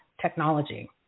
technology